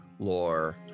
Lore